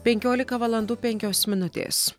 penkiolika valandų penkios minutės